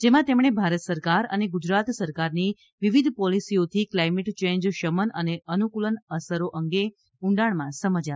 જેમાં તેમણે ભારત સરકાર અને ગુજરાત સરકારની વિવિધ પોલીસીઓથી ક્લાઈમેટ ચેન્જ શમન અને અનુફ્નલનની અસરો અંગે ઊંડાણમાં સમજ આપી હતી